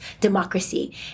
democracy